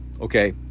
Okay